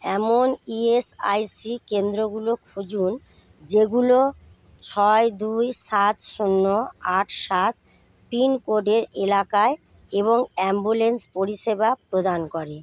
এমন ইএসআইসি কেন্দ্রগুলো খুঁজুন যেগুলো ছয় দুই সাত শূন্য আট সাত পিনকোডের এলাকায় এবং অ্যাম্বুলেন্স পরিষেবা প্রদান করে